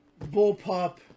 Bullpup